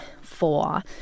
four